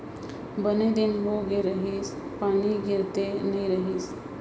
बने दिन हो गए रहिस, पानी गिरते नइ रहिस